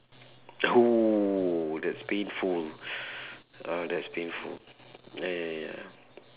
!whoa! that's painful ah that's painful ya ya ya